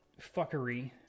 fuckery